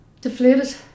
Deflated